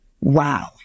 wow